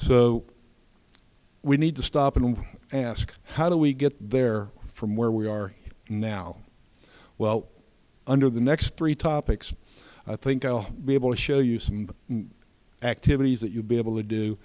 so we need to stop and ask how do we get there from where we are now well under the next three topics i think i'll be able to show you some activities that you'll be able to do